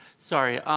sorry,